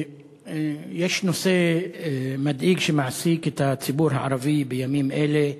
יש נושא מדאיג שמעסיק את הציבור הערבי בימים אלה,